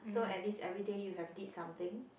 so at least everyday you have did something